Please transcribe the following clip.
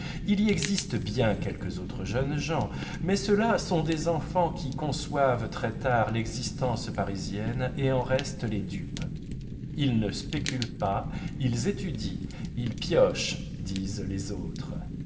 il y existe bien quelques autres jeunes gens mais ceux-là sont des enfants qui conçoivent très-tard l'existence parisienne et en restent les dupes ils ne spéculent pas ils étudient ils piochent disent les autres